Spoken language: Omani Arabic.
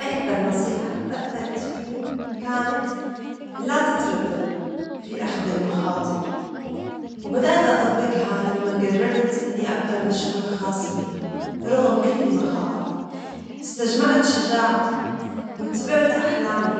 أكثر نصيحة أثرت فيني كانت لا تتردد في أخذ المخاطر ،وبدأت أطبجها لما جررت إني أبدأ مشروع خاص بي رغم كل المخاوف ،إستجمعت شجاعتي وتبعت أحلامي